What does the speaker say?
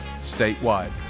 statewide